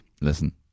Listen